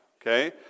okay